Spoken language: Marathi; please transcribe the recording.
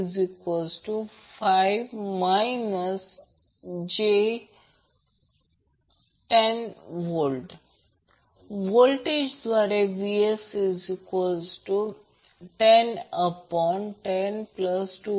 255 j10V व्होल्टेज द्वारे Vx10102